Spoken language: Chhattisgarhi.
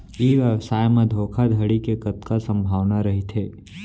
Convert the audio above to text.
ई व्यवसाय म धोका धड़ी के कतका संभावना रहिथे?